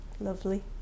lovely